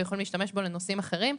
ויכולים להשתמש בו לנושאים אחרים,